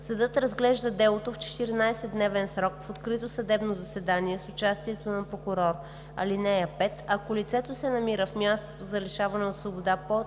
Съдът разглежда делото в 14-дневен срок в открито съдебно заседание с участието на прокурор. (5) Ако лицето се намира в място за лишаване от свобода под